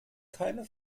keine